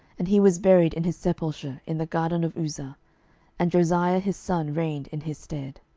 and he was buried in his sepulchre in the garden of uzza and josiah his son reigned in his stead.